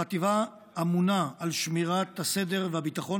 החטיבה אמונה על שמירה על סדר וביטחון